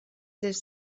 des